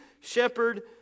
shepherd